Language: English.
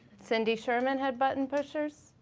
cindy sherman had button pushers.